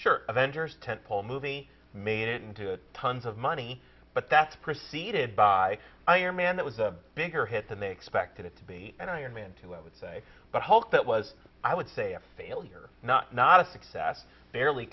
sure avengers tent pole movie made it into it tons of money but that's preceded by iron man that was a bigger hit than they expected it to be and iron man two i would say but hulk that was i would say a failure not not a success barely